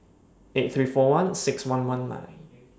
eight three four one six one one nine